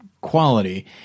quality